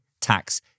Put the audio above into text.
tax